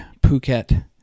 phuket